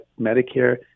Medicare